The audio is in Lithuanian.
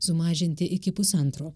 sumažinti iki pusantro